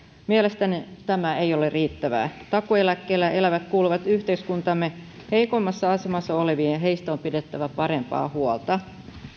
mielestäni tämä ei ole riittävää takuueläkkeellä elävät kuuluvat yhteiskuntamme heikoimmassa asemassa oleviin ja heistä on pidettävä parempaa huolta